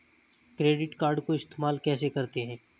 Credit card को इस्तेमाल कैसे करते हैं?